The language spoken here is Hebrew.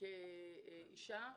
כאשה וכמחוקקת,